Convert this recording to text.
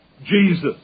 Jesus